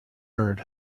herd